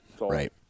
Right